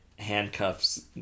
handcuffs